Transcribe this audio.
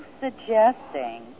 suggesting